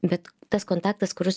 bet tas kontaktas kuris